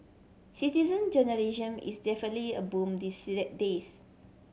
citizen journalism is definitely a boom days